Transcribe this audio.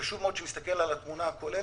חשוב מאוד שנסתכל על התמונה הכוללת,